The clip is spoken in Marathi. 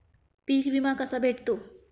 पीक विमा कसा भेटतो?